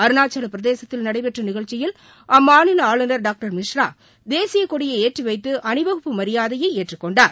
அருணாச்சலப்பிரதேசத்தில் நடைபெற்ற நிகழ்ச்சியில் அம்மாநில ஆளுநர் டாக்டர் மிஷ்ரா தேசியக்கொடியை ஏற்றிவைத்து அணிவகுப்பு மரியாதையை ஏற்றுக்கொண்டார்